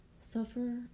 suffer